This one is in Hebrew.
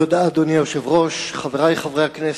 אדוני היושב-ראש, תודה, חברי חברי הכנסת,